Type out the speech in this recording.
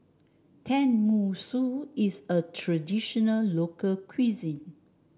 Tenmusu is a traditional local cuisine